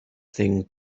thing